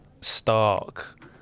stark